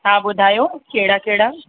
हा ॿुधायो कहिड़ा कहिड़ा